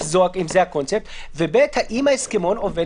אני חושב שכדאי שתנצלו את ההפסקה שתהיה וביחד עם משרד המשפטים,